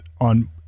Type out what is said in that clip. on